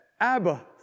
Abba